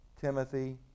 Timothy